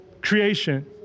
creation